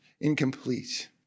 incomplete